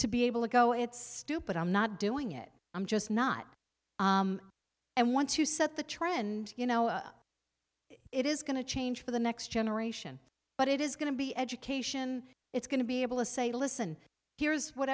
to be able to go it's stupid i'm not doing it i'm just not and want to set the trend you know it is going to change for the next generation but it is going to be education it's going to be able to say listen here's what